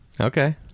Okay